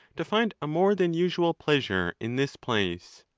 to find a more than usual pleasure in this place.